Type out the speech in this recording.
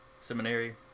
seminary